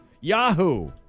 Yahoo